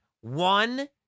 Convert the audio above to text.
one